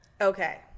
Okay